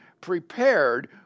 prepared